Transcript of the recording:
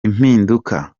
impinduka